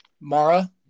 Mara